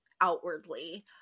outwardly